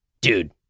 dude